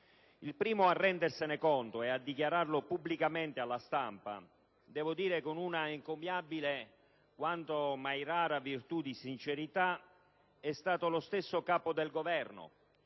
Il primo a rendersene conto e a dichiararlo pubblicamente alla stampa (devo dire con una encomiabile quanto mai rara virtù di sincerità) è stato lo stesso Capo del Governo,